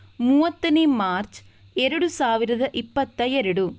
ಮೂವತ್ತನೇ ಮಾರ್ಚ್ ಎರಡು ಸಾವಿರದ ಇಪ್ಪತ್ತ ಎರಡು